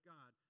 God